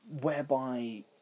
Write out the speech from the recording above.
whereby